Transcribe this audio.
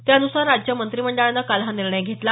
त्यानुसार राज्य मंत्रीमंडळानं काल हा निर्णय घेतला